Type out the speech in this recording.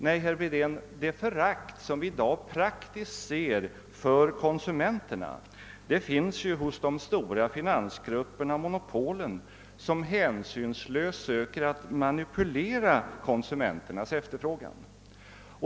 Nej, herr Wedén, det förakt för konsumenterna som vi i dag ser finns hos de stora finansgrupperna och monopolen, som hänsynslöst söker manipulera konsumenternas efterfrågan.